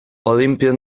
olympiad